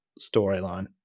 storyline